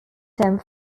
term